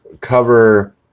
cover